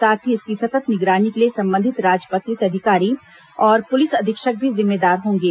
साथ ही इसकी सतत् निगरानी के लिए संबंधित राजपत्रित अधिकारी और पुलिस अधीक्षक भी जिम्मेदार होंगे